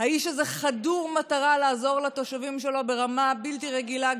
האיש הזה חדור מטרה לעזור לתושבים שלו ברמה בלתי רגילה.